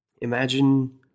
imagine